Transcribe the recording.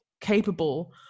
capable